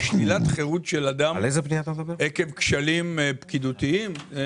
שלילת חירות של אדם עקב כשלים פקידותיים זה